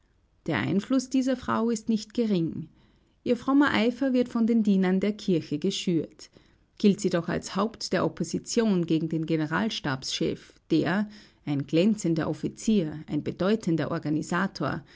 der einfluß dieser frau ist nicht gering ihr frommer eifer wird von den dienern der kirche geschürt gilt sie doch als haupt der opposition gegen den generalstabschef der ein glänzender offizier ein bedeutender organisator